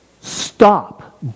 stop